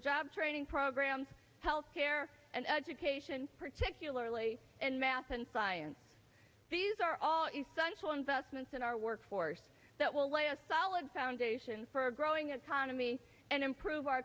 job training programs health care and education particularly in math and science these are all essential investments in our workforce that will lay a solid foundation for a growing economy and improve our